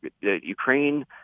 Ukraine